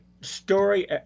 story